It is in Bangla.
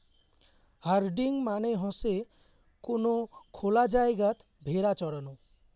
হার্ডিং মানে হসে কোন খোলা জায়গাত ভেড়া চরানো